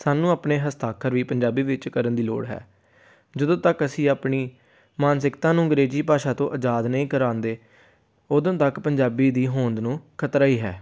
ਸਾਨੂੰ ਆਪਣੇ ਹਸਤਾਖਰ ਵੀ ਪੰਜਾਬੀ ਵਿੱਚ ਕਰਨ ਦੀ ਲੋੜ ਹੈ ਜਦੋਂ ਤੱਕ ਅਸੀਂ ਆਪਣੀ ਮਾਨਸਿਕਤਾ ਨੂੰ ਅੰਗਰੇਜ਼ੀ ਭਾਸ਼ਾ ਤੋਂ ਆਜ਼ਾਦ ਨਹੀਂ ਕਰਵਾਉਂਦੇ ਉਦੋਂ ਤੱਕ ਪੰਜਾਬੀ ਦੀ ਹੋਂਦ ਨੂੰ ਖਤਰਾ ਹੀ ਹੈ